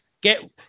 get